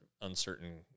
uncertain